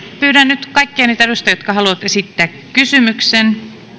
pyydän nyt kaikkia niitä edustajia jotka haluavat esittää kysymyksen